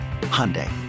Hyundai